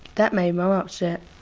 that made mum upset.